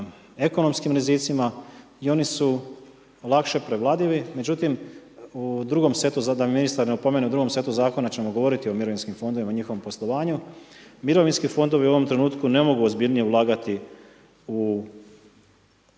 setu, samo da me ministar ne opomene, u drugom setu zakona ćemo govoriti o mirovinskim fondovima i njihovom poslovanju. Mirovinski fondovi u ovom trenutku ne mogu ozbiljnije ulagati u